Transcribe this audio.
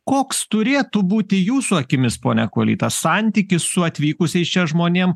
koks turėtų būti jūsų akimis pone kuoly tas santykis su atvykusiais čia žmonėm